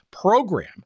program